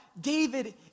David